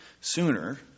sooner